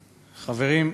חברים,